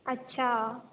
अच्छा